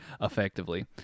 effectively